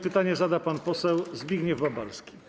Pytanie zada pan poseł Zbigniew Babalski.